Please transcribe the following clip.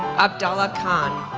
avdallah khan,